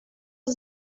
els